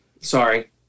Sorry